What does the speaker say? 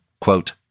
quote